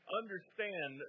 understand